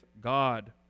God